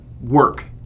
work